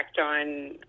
on